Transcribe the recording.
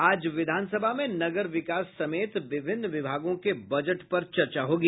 आज विधानसभा में नगर विकास समेत विभिन्न विभागों के बजट पर चर्चा होगी